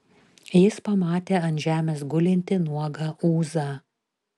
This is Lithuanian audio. jis pamatė ant žemės gulintį nuogą ūzą